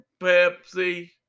Pepsi